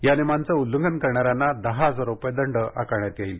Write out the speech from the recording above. या नियमांचं उल्लंघन करणाऱ्यांना दहा हजार रुपये दंड आकारण्यात येईल